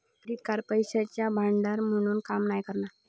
credit card पैशाचा भांडार म्हणून काम नाय करणा